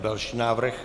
Další návrh.